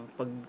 pag